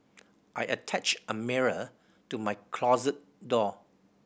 I attached a mirror to my closet door